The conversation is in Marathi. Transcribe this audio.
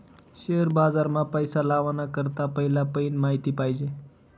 शेअर बाजार मा पैसा लावाना करता पहिला पयीन माहिती पायजे